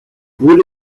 wohl